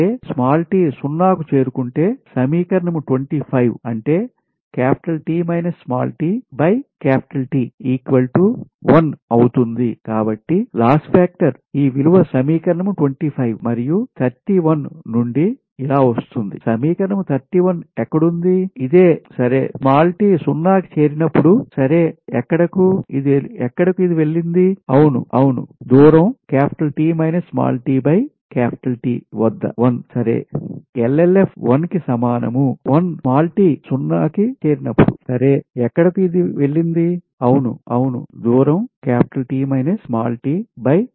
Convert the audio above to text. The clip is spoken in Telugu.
అంటే t సున్నాకు చేరుకొంటే సమీకరణం 25 అంటే 1అవుతుంది కాబట్టి లాస్ ఫాక్టర్ ఈ విలువ సమీకరణం 25 మరియు 31 నుండి ఇలా వస్తుంది సమీకరణం 31 ఎక్కడ ఉంది ఇదే సరే t సున్నా కి చేరినపుడు సరే ఎక్కడకు ఇది వెళ్ళింది ఔనుఔను దూరం వద్ద 1 సరే